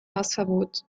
hausverbot